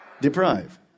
Deprive